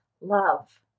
love